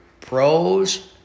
pros